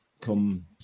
come